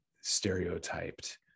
stereotyped